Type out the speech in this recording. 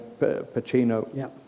Pacino